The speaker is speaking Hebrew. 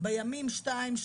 בימים שניים,